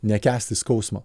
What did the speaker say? nekęsti skausmo